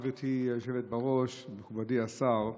גברתי היושבת-בראש, מכובדי השר,